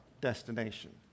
destination